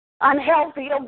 Unhealthy